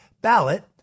ballot